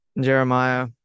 Jeremiah